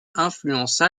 influença